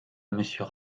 monsieur